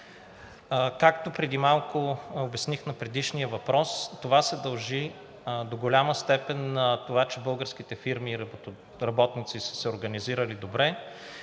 Както преди малко обясних на предишния въпрос, това се дължи до голяма степен на това, че българските фирми и работници са се организирали добре